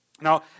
Now